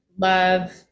love